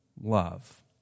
love